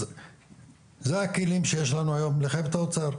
אז אלו הכלים שיש לנו היום לחייב את האוצר.